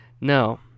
No